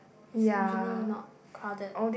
is usually not crowded